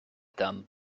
them